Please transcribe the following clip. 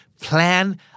Plan